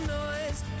noise